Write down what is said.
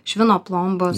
švino plombos